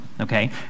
okay